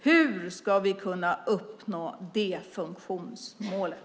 Hur ska vi kunna uppnå det funktionsmålet?